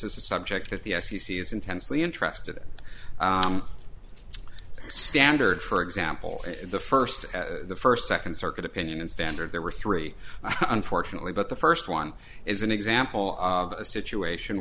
is a subject that the f c c is intensely interested in standards for example the first the first second circuit opinion and standard there were three unfortunately but the first one is an example of a situation